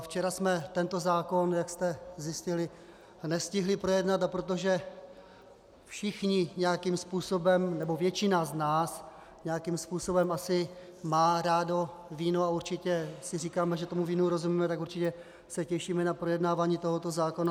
Včera jsme tento zákon, jak jste zjistili, nestihli projednat, a protože všichni nějakým způsobem, nebo většina z nás nějakým způsobem asi má rádo víno a určitě si říkáme, že tomu vínu rozumíme, tak určitě se těšíme na projednávání tohoto zákona.